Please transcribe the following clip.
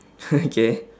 okay